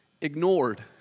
ignored